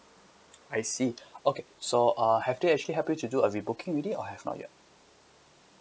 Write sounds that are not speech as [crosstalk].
I see [breath] okay so uh have they actually help you to do a rebooking already or have not yet